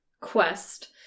quest